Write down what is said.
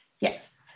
Yes